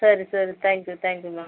சரி சரி thank you தேங்க்யூங்க